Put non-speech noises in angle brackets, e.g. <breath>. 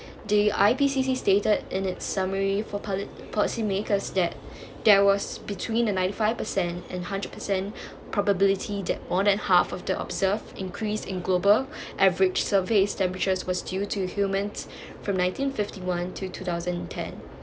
the I_P_C_C stated in its summary for poli~ policy makers that there was between a ninety five percent and hundred percent <breath> probability that more than half of the observed increase in global <breath> average surface temperatures was due to humans <breath> from nineteen fifty one to two thousand ten